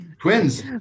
Twins